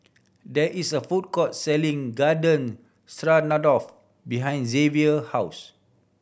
there is a food court selling Garden Stroganoff behind Zavier house